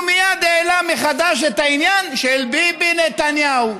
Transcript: ומייד העלה מחדש את העניין של ביבי נתניהו,